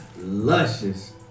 Luscious